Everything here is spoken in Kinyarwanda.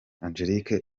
angelique